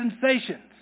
sensations